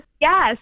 yes